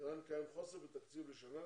בער"ן קיים חוסר בתקציב לשנה